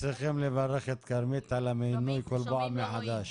צריכים לברך את כרמית על המינוי כל פעם מחדש.